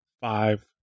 five